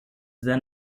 then